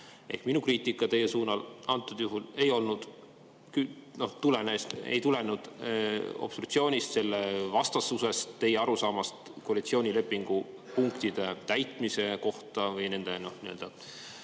Minu kriitika teie suunal antud juhul ei tulenenud obstruktsioonist, selle vastasusest, teie arusaamast koalitsioonilepingu punktide täitmise kohta või nende